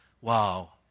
Wow